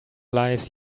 lies